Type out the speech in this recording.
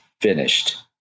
finished